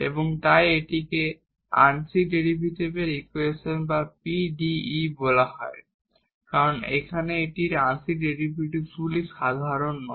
এবং তাই এটিকে আংশিক ডিফারেনশিয়াল ইকুয়েশন বা PDE বলা হয় কারণ এখানে এটির আংশিক ডেরিভেটিভসগুলি সাধারণ নয়